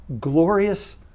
glorious